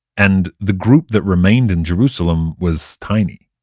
and the group that remained in jerusalem was tiny.